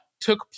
took